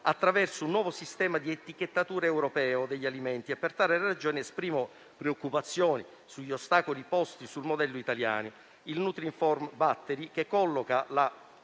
attraverso un nuovo sistema di etichettatura europeo degli alimenti e per tale ragione esprimo preoccupazioni sugli ostacoli posti al modello italiano, il nutrinform battery, che colloca le